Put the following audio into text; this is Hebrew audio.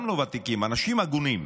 גם לא ותיקים, אנשים הגונים,